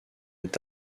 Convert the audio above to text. est